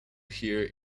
here